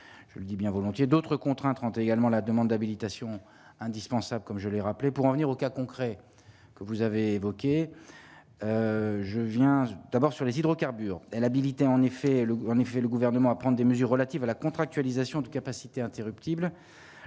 je le dis bien volontiers d'autres contraintes rend également la demande d'habilitation indispensable comme je l'ai rappelé pour en venir au cas concrets que vous avez évoquée, je viens d'abord sur les hydrocarbures, elle habilité en effet le groupe en effet le gouvernement à prendre des mesures relatives à la contractualisation de capacités interruptibles